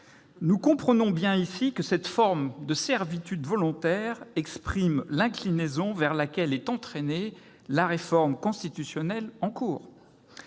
Nous comprenons bien ici que cette forme de servitude volontaire exprime l'inclinaison vers laquelle est entraînée la réforme constitutionnelle en cours.